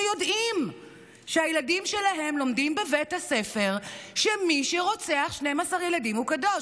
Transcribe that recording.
שיודעים שהילדים שלהם לומדים בבית הספר שמי שרוצח 12 ילדים הוא קדוש?